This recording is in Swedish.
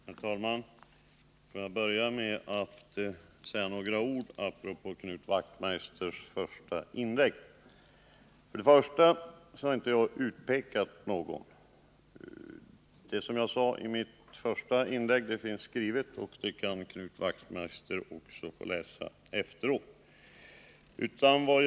Herr talman! Låt mig börja med att säga några ord apropå Knut Wachtmeisters första inlägg. Jag har inte utpekat någon. Vad jag sade i mitt första inlägg finns skrivet, och det kan Knut Wachtmeister få läsa i efterhand.